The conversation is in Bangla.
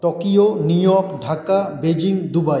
Tokyo New York Dhaka Beijing Dubai